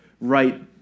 right